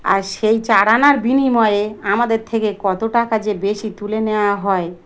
আর সেই চারা আনার বিনিময়ে আমাদের থেকে কত টাকা যে বেশি তুলে নেওয়া হয়